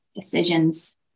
decisions